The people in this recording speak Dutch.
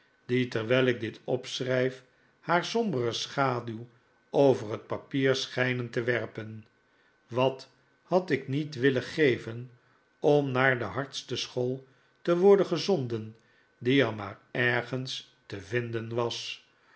die terwijl ik dit schrijf haar sombere schaduw over het papier schijnen te werpen wat had ik niet willen geven om naar de hardste school te worden gezonden die er maar ergens te vinden was